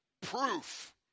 Proof